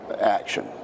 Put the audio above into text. action